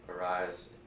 arise